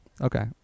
Okay